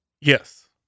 Yes